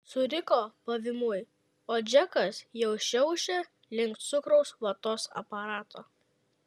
suriko pavymui o džekas jau šiaušė link cukraus vatos aparato